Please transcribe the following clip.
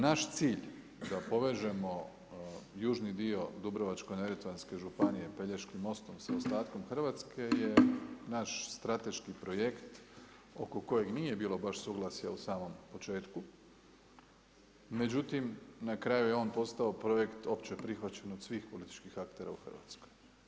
Naš cilj da povežemo južni dio Dubrovačko-neretvanske županije Pelješkim mostom sa ostatkom Hrvatske je naš strateški projekt oko kojeg nije bilo baš suglasja u samom početku, međutim na kraju je on postao projekt opće prihvaćen od svih političkih aktera u Hrvatskoj.